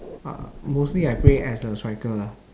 uh mostly I play as a striker ah